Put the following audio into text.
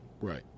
Right